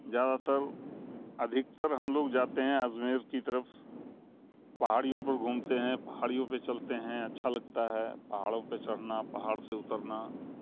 زیادہ تر ادھکتر ہم لوگ جاتے ہیں اجمیر کی طرف پہاڑیوں پر گھومتے ہیں پہاڑیوں پہ چلتے ہیں اچھا لگتا ہے پہاڑوں پہ چڑھنا پہاڑ سے اترنا